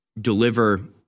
deliver